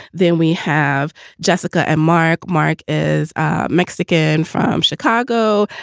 then we have jessica and mark. mark is mexican from chicago.